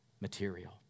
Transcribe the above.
material